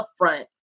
upfront